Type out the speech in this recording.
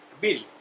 Bill